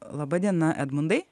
laba diena edmundai